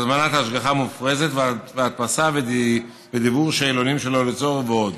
הזמנת השגחה מופרזת והדפסה ודיוור שאלונים שלא לצורך ועוד.